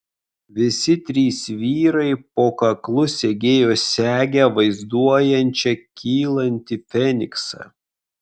visi trys vyrai po kaklu segėjo segę vaizduojančią kylantį feniksą